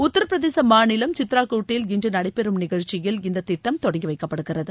உத்தரப்பிரதேச மாநிலம் சித்ராகூட்டில் இன்று நடைபெறும் நிகழ்ச்சியில் இந்த திட்டம் தொடங்கி வைக்கப்படுகிறது